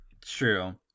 True